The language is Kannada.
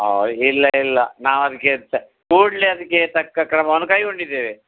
ಹಾಂ ಇಲ್ಲ ಇಲ್ಲ ನಾವು ಅದ್ಕೆ ಕೂಡಲೇ ಅದಕೆ ತಕ್ಕ ಕ್ರಮವನ್ನು ಕೈಗೊಂಡಿದ್ದೇವೆ